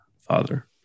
Father